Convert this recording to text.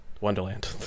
Wonderland